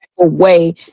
away